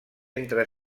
entre